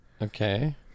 Okay